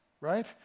right